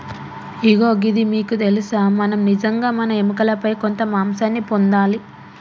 ఇగో గిది మీకు తెలుసా మనం నిజంగా మన ఎముకలపై కొంత మాంసాన్ని పొందాలి